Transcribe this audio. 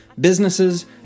businesses